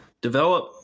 develop